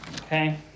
Okay